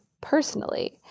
personally